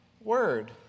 word